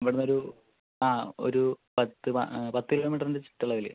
ഇവിടെ നിന്നൊരു ആ ഒരു പത്ത് പത്ത് കിലോമീറ്റൻ്റെ ചുറ്റളവിൽ